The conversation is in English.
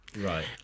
right